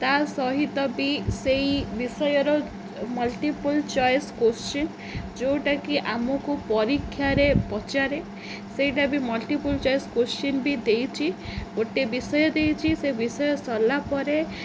ତା ସହିତ ବି ସେଇ ବିଷୟର ମଲ୍ଟିପୁଲ ଚଏସ କୋଶ୍ଚନ୍ ଯେଉଁଟାକି ଆମକୁ ପରୀକ୍ଷାରେ ପଚାରେ ସେଇଟା ବି ମଲ୍ଟିପୁଲ ଚଏସ କୋଶ୍ଚନ୍ ବି ଦେଇଛି ଗୋଟେ ବିଷୟ ଦେଇଛି ସେ ବିଷୟ ସରିଲା ପରେ